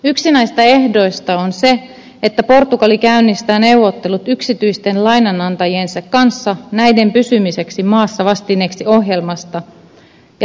yksi näistä ehdoista on se että portugali käynnistää neuvottelut yksityisten lainanantajiensa kanssa näiden pysymiseksi maassa vastineeksi ohjelmasta ja lainoituksesta